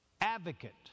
Advocate